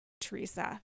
Teresa